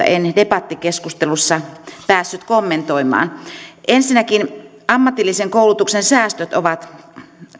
en debattikeskustelussa päässyt kommentoimaan ensinnäkin ammatillisen koulutuksen säästöt ovat